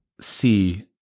see